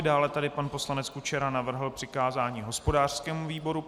Dále tady pan poslanec Kučera navrhl přikázání hospodářskému výboru.